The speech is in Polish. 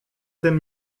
tym